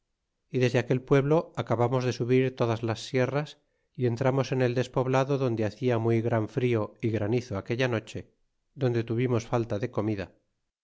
y desde aquel pueblo acabamos de subir todas las sierras y entramos en el despoblado donde hacia muy gran frio y granizo aquella noche donde tuvimos falta de comida